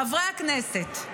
חברי הכנסת,